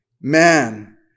man